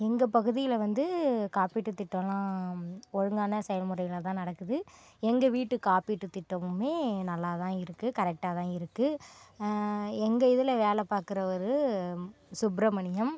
எங்கள் பகுதியில் வந்து காப்பீட்டு திட்டோமலாம் ஒழுங்கான செயல் முறையில் தான் நடக்குது எங்கள் வீட்டு காப்பீட்டு திட்டமுமே நல்லாதான் இருக்குது கரெக்டாக தான் இருக்குது எங்கள் இதில் வேலை பார்க்குறவரு சுப்ரமணியம்